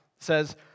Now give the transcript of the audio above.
says